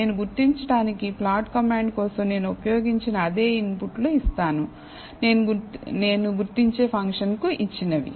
నేను గుర్తించడానికి plot command కోసం నేను ఉపయోగించిన అదే ఇన్పుట్లు ఇస్తాను నేను గుర్తించే ఫంక్షన్ కు ఇచ్చినవి